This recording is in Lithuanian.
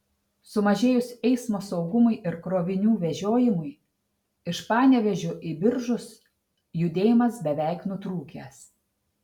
sumažėjus eismo saugumui ir krovinių vežiojimui iš panevėžio į biržus judėjimas beveik nutrūkęs